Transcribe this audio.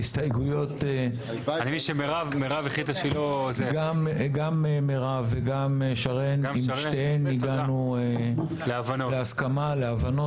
גם עם מירב וגם שרן הגענו להסכמה ולהבנות